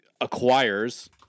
acquires